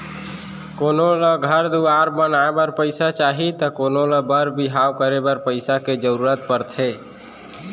कोनो ल घर दुवार बनाए बर पइसा चाही त कोनों ल बर बिहाव करे बर पइसा के जरूरत परथे